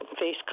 face